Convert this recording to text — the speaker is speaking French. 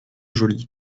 joly